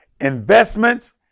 investments